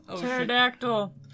Pterodactyl